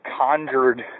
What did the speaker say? conjured